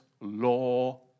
law